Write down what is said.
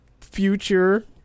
future